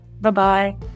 Bye-bye